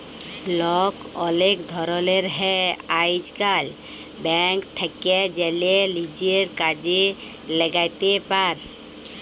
লল অলেক ধরলের হ্যয় আইজকাল, ব্যাংক থ্যাকে জ্যালে লিজের কাজে ল্যাগাতে পার